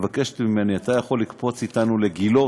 מבקשת ממני: אתה יכול לקפוץ אתנו לגילה?